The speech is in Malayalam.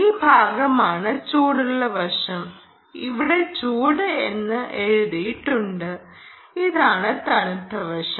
ഈ ഭാഗമാണ് ചൂടുള്ള വശം ഇവിടെ ചൂട്ട് എന്ന് എഴുതിയിട്ടുണ്ട് ഇതാണ് തണുത്ത വശം